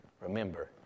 remember